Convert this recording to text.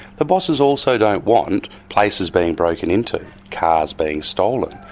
the bosses also don't want places being broken into, cars being stolen.